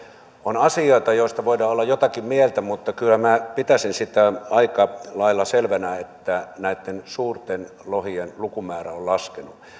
on asioita joista voidaan olla jotakin mieltä mutta kyllä minä pitäisin sitä aika lailla selvänä että näitten suurten lohien lukumäärä on laskenut